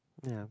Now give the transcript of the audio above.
ya